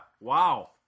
Wow